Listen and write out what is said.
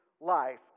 life